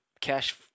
cash